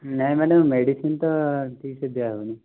ନାଇଁ ମାନେ ମେଡିସିନ ତ ଠିକସେ ଦିଆହେଉନାହିଁ